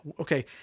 Okay